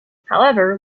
however